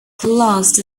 classed